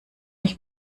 ich